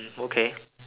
mm okay